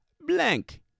blank